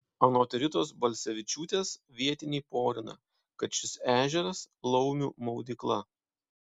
anot ritos balsevičiūtės vietiniai porina kad šis ežeras laumių maudykla